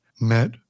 met